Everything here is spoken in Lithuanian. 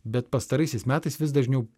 bet pastaraisiais metais vis dažniau